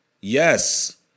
Yes